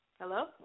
Hello